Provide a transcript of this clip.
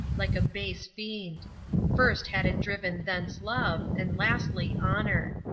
like a base fiend first had it driven thence love, and lastly honor.